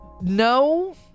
No